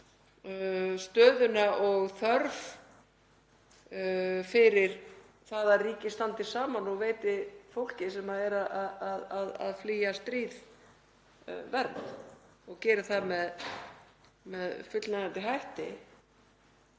stöðuna og þörf fyrir það að ríki standi saman og veiti fólki sem er að flýja stríð vernd, geri það með fullnægjandi hætti